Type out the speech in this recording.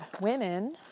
women